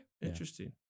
Interesting